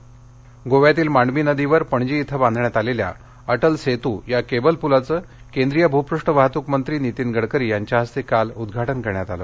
गडकरी अटल सेतू या गोव्यातील मांडवी नदीवर पणजी इथं बांधण्यात आलेल्या केबल पूलचं केंद्रीय भूपृष्ठ वाहतूक मंत्री नितीन गडकरी यांच्या हस्ते काल उद्घाटन करण्यात आलं